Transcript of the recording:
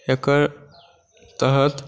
एकर तहत